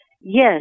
Yes